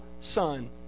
Son